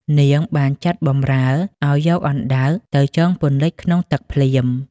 នាង បានចាត់បម្រើឲ្យយកអណ្ដើកទៅ ចងពន្លិចក្នុងទឹកភ្លាម ។